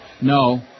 No